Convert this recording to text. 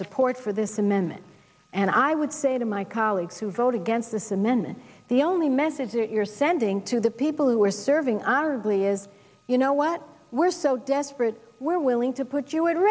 support for this amendment and i would say to my colleagues who vote against this amendment the only message that you're sending to the people who are serving our glee is you know what we're so desperate we're willing to put you